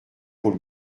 pour